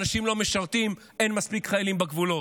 כשאנשים לא משרתים, אין מספיק חיילים בגבולות,